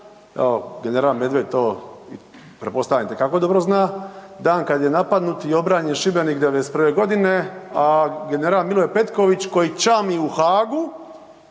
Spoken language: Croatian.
evo general Medved to pretpostavljam itekako dobro zna, dan kad je napadnut i obranjen Šibenik '91.g., a general Milivoj Petković koji čami u Hagu